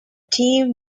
team